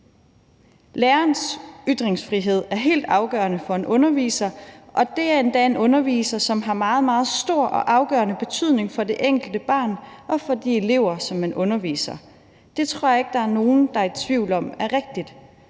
»Lærernes ytringsfrihed er selvfølgelig helt afgørende for en underviser, og det er endda en underviser, som har meget, meget stor og afgørende betydning for det enkelte barn og for de elever, som man underviser. Det tror jeg ikke der er nogen der er i tvivl om er rigtigt.